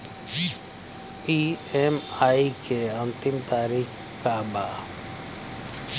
EMI के अंतिम तारीख का बा?